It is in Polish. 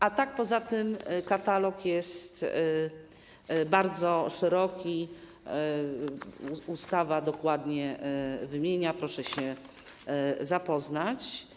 A tak poza tym katalog jest bardzo szeroki, ustawa dokładnie wymienia kategorie, proszę się zapoznać.